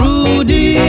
Rudy